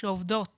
שעובדות